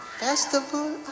festival